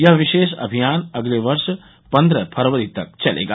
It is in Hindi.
यह विशेष अभियान अगले वर्ष पन्द्रह फरवरी तक चलेगा